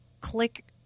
click